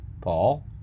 Paul